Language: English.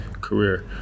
career